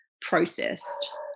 processed